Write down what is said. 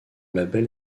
label